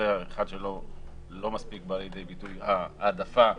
אחד שלא מספיק בא לידי ביטוי ההעדפה,